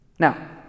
Now